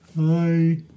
Hi